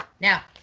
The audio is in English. now